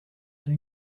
the